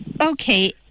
Okay